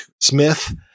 Smith